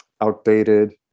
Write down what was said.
outdated